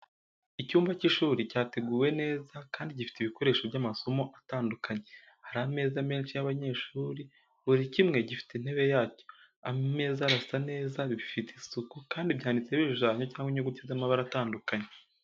Icyumba cy’ishuri cyateguwe neza kandi gifite ibikoresho by’amasomo. atandukanye hari ameza menshi y’abanyeshuri, buri kimwe gifite intebe yacyo. ameza arasa neza, bifite isuku, kandi byanditseho ibishushanyo cyangwa inyuguti z’amabara atandukanye .